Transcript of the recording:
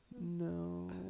No